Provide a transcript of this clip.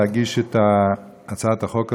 להגיש את הצעת החוק הזאת,